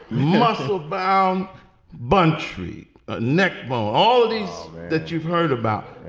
musclebound bunch, three ah necked ball, all of these that you've heard about.